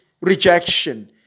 rejection